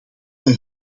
bij